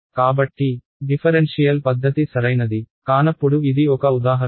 కాబట్టి డిఫరెన్షియల్ పద్ధతి సరైనది కానప్పుడు ఇది ఒక ఉదాహరణ